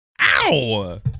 Ow